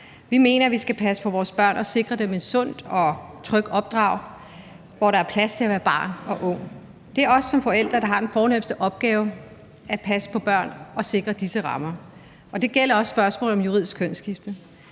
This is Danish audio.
Vi mener, at vi skal passe på vores børn og sikre dem en sund og tryg opdragelse, hvor der er plads til at være barn og ung. Det er os som forældre, der har den fornemste opgave med at passe på vores børn og sikre disse rammer. Det gælder også spørgsmålet om juridisk kønsskifte.